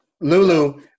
Lulu